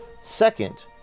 Second